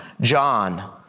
John